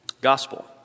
gospel